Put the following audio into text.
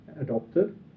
adopted